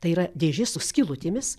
tai yra dėžė su skylutėmis